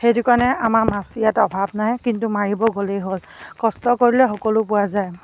সেইটো কাৰণে আমাৰ মাছ ইয়াত অভাৱ নাই কিন্তু মাৰিব গ'লেই হ'ল কষ্ট কৰিলে সকলো পোৱা যায়